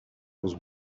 was